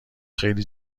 خیلی